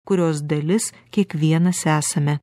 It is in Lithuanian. kurios dalis kiekvienas esame